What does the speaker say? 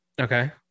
Okay